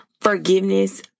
forgiveness